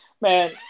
man